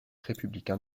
républicain